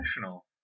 National